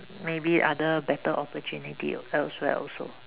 maybe other better opportunity elsewhere also